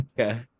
okay